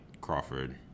Crawford